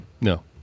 No